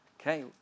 Okay